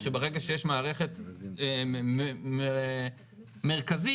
שזה עוד היה באחריות הרשויות המקומיות מי שזוכר,